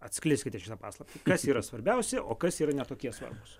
atskleiskite paslaptį kas yra svarbiausi o kas yra ne tokie svarbūs